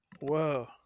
Whoa